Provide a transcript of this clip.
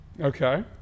Okay